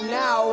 now